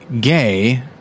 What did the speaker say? gay